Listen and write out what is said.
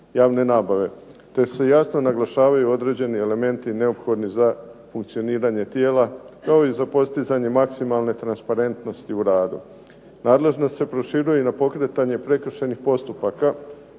javne nabave te se jasno naglašavaju određeni elementi neophodni za funkcioniranje tijela no i za postizanje maksimalne transparentnosti u radu. Nadležnost se proširuje i na pokretanje prekršajnih postupaka